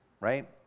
right